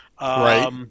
Right